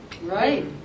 right